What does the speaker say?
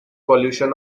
pollution